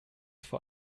vor